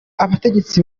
abategetsi